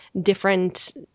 different